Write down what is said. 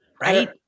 Right